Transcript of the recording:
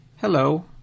Hello